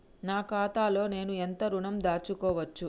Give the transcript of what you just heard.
నా ఖాతాలో నేను ఎంత ఋణం దాచుకోవచ్చు?